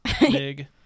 Big